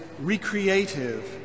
recreative